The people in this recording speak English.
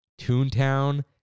Toontown